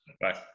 Bye